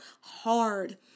hard